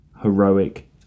Heroic